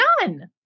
None